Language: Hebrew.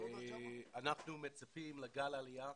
אנחנו מצפים לגל עלייה.